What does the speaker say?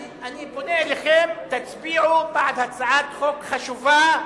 אני פונה אליכם: תצביעו בעד הצעת חוק חשובה,